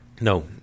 No